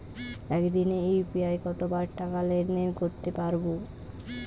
একদিনে ইউ.পি.আই কতবার টাকা লেনদেন করতে পারব?